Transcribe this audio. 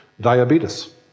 diabetes